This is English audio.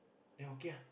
then okay ah